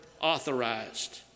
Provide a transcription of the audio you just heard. authorized